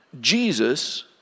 Jesus